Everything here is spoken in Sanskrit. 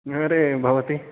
नगरे भवती